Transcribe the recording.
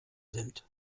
sind